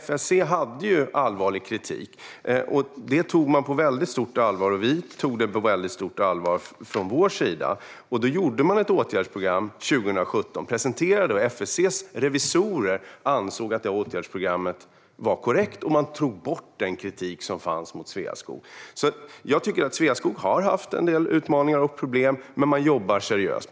FSC hade allvarlig kritik som Sveaskog tog på mycket stort allvar, och vi tog den på mycket stort allvar från vår sida. Då gjorde man ett åtgärdsprogram som man presenterade 2017. FSC:s revisorer ansåg att detta åtgärdsprogram var korrekt, och de tog bort den kritik som fanns mot Sveaskog. Jag tycker att Sveaskog har haft en del utmaningar och problem, men man jobbar seriöst.